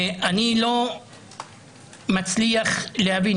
אני לא מצליח להבין,